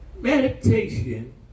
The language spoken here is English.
Meditation